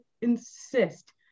insist